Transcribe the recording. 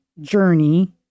journey